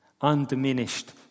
undiminished